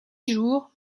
jours